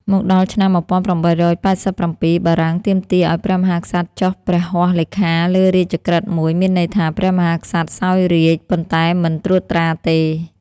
មកដល់ឆ្នាំ ១៨៨៧ បារាំងទាមទារឱ្យព្រះមហាក្សត្រចុះព្រះហស្ថលេខាលើរាជក្រឹត្យមួយ មានន័យថា ព្រះមហាក្សត្រសោយរាជ្យ ប៉ុន្តែមិនត្រួតត្រាទេ។